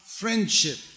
friendship